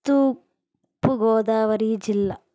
తూర్పు గోదావరి జిల్లా